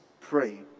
pray